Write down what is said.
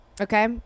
Okay